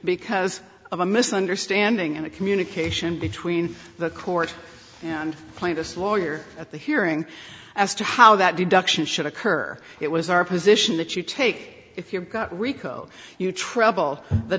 because of a misunderstanding and a communication between the court and plaintiff's lawyer at the hearing as to how that deduction should occur it was our position that you take if you're rico you trouble the